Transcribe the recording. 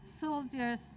soldiers